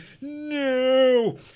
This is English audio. no